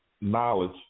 knowledge